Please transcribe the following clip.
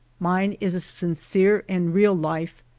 mine is a sincere and real life,